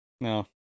No